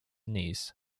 niece